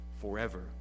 forever